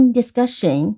discussion